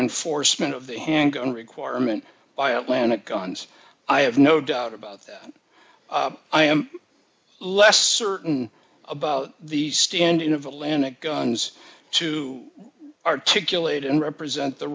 enforcement of the handgun requirement by atlantic guns i have no doubt about that i am less certain about the stand in of atlantic guns to articulate and represent the